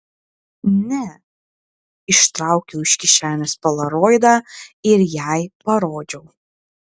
ne ištraukiau iš kišenės polaroidą ir jai parodžiau